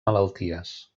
malalties